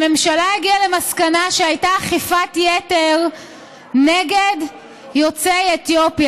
הממשלה הגיעה למסקנה שהייתה אכיפת יתר נגד יוצאי אתיופיה.